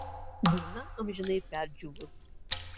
burna amžinai perdžiūvus